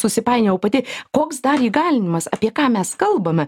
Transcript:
susipainiojau pati koks dar įgalinimas apie ką mes kalbame